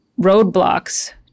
roadblocks